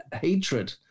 hatred